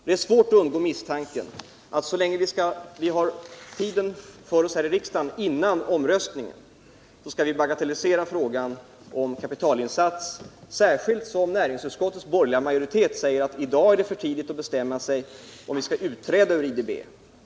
Det är svårt att undgå misstanken att så länge vi har tiden framför oss här i riksdagen före en omröstning, då skall frågan om en kapitalinsats bagatelliseras, särskilt som näringsutskottets borgerliga majoritet säger att det är för tidigt att i dag bestämma om vi skall utträda.